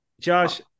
Josh